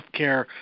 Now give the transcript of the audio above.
healthcare